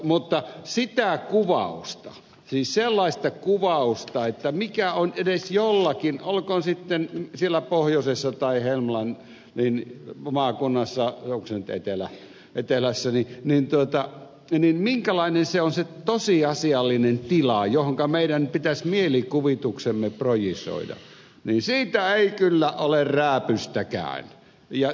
mutta sellaisesta kuvauksesta ei kyllä ole rääpystäkään mikä edes jollakin tavalla kertoo olkoon siellä pohjoisessa tai helmandin maakunnassa etelässä minkälainen on se tosiasiallinen tila johon meidän pitäisi mielikuvituksemme projisoida ja se on huono homma